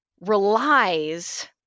relies